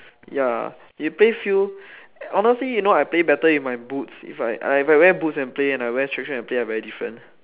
ya you play field honestly you know I play better in with my boots if I I wear boot and play and I wear track shoes and play are very different